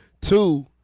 Two